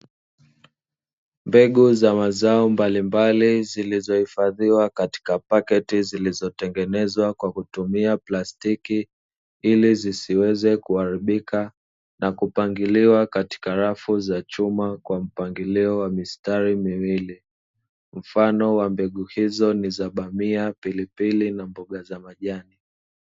Mbegu za mazao mbalimbali, zilizohifadhiwa katika paketi zilizotengenezwa kwa kutumia plastiki, ili zisiweze kuharbika na kupangiliwa katika rafu za chuma, kwa mpangilio wa mistari miwili. Mfano wa mbegu hizo ni za; bamia, pilipili na mboga za majani.